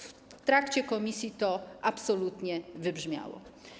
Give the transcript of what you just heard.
W trakcie prac komisji to absolutnie wybrzmiało.